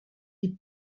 die